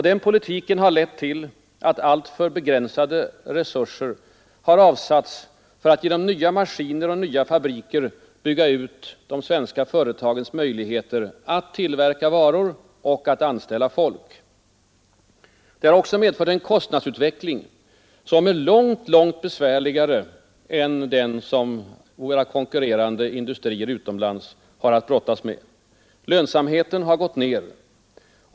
Den politiken har lett till att alltför begränsade resurser avsatts för att genom nya maskiner och nya fabriker bygga ut de svenska företagens möjligheter att tillverka varor och anställa folk. Den har också medfört en kostnadsutveckling långt besvärligare än den som våra konkurrerande industrier utomlands har att brottas med. Lönsamheten har gått ned.